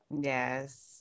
yes